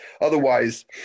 Otherwise